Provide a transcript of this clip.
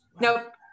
Nope